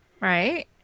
Right